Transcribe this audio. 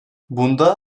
bunda